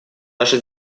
наша